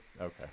okay